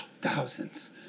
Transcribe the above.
Thousands